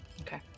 Okay